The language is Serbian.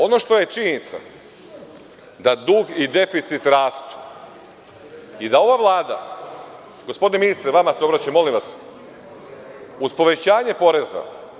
Ono što je činjenica, jeste da dug i deficit rastu i da ova Vlada, gospodine ministre, vama se obraćam, molim vas, uz povećanje poreza…